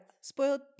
spoiled